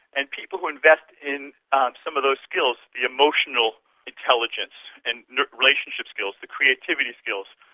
and people who invest in um some of those skills the emotional intelligence and relationship skills, the creativity skills,